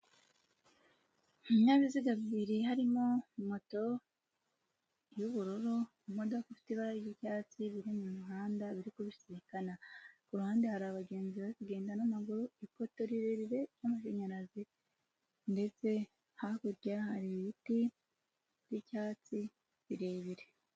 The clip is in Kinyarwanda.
Ibinyabiziga bibiri harimo moto y'ubururu, imodoka ifite ibara ry'icyatsi biri mu muhanda biri kubisikana, ku ruhande hari abagenzi bari kugenda n'amaguru, ipoto rirerire n'amashanyarazi ndetse hakurya hari ibiti by'icyatsi birebire.